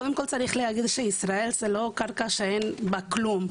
קודם כול צריך להגיד שישראל זאת לא קרקע שאין בה כלום.